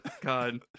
god